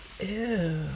ew